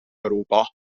europa